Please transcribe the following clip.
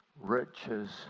riches